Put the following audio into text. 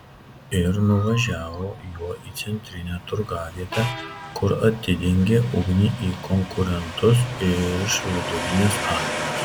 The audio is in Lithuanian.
ir nuvažiavo juo į centrinę turgavietę kur atidengė ugnį į konkurentus iš vidurinės azijos